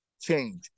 change